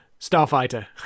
Starfighter